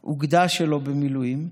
את האוגדה שלו במילואים,